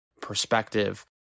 perspective